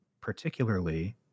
particularly